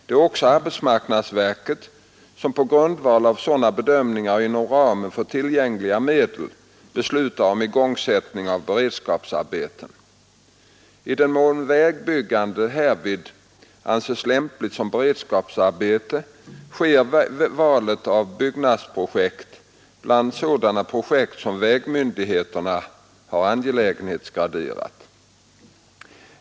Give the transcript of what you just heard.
Det är också arbetsmarknadsverket som på grundval av sådana bedömningar och inom ramen för tillgängliga medel beslutar om igångsättning av beredskapsarbeten. I den mån vägbyggande härvid anses lämpligt som beredskapsarbete sker valet av byggnadsprojekt bland sådana projekt som vägmyndigheterna har angelägenhetsgraderat.